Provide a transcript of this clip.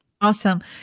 Awesome